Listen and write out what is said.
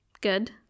good